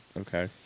Okay